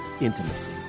intimacy